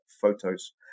photos